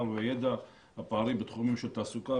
והמידע הפערים בתחומים של תעסוקה,